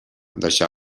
deixà